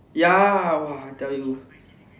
ya !wah! I tell you